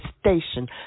station